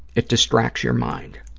it distracts your mind.